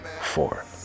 four